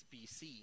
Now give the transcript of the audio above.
BC